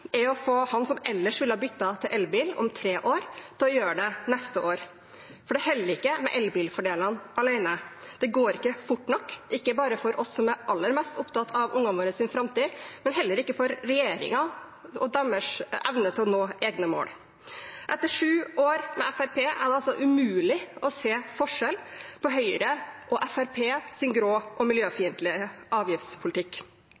er å få de som ellers ville ha byttet til elbil om tre år, til å gjøre det neste år. For det holder ikke med elbilfordelene alene. Det går ikke fort nok, ikke bare for oss som er aller mest opptatt av framtiden til ungene våre, men heller ikke for regjeringen og deres evne til å nå egne mål. Etter sju år med Fremskrittspartiet er det altså umulig å se forskjell på Høyres og Fremskrittspartiets grå og